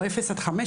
או אפס עד 5,